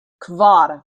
kvar